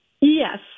Yes